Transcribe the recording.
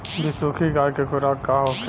बिसुखी गाय के खुराक का होखे?